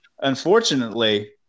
unfortunately